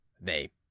They